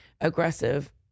aggressive